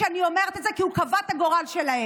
אני אומרת את זה כי הוא קבע את הגורל שלהן.